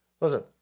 listen